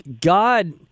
God